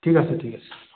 ঠিক আছে ঠিক আছে